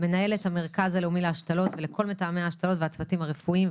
למנהלת המרכז הלאומי להשתלות ולכל מתאמי ההשתלות והצוותים הרפואיים.